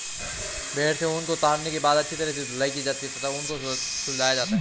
भेड़ों से ऊन को उतारने के बाद अच्छी तरह से धुलाई की जाती है तथा ऊन को सुलझाया जाता है